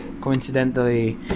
coincidentally